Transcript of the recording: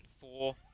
four